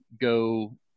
go